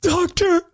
Doctor